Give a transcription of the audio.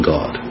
God